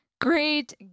great